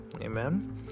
Amen